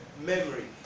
memory